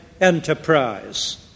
enterprise